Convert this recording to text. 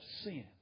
sin